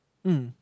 mm